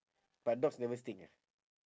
but dogs never stink ah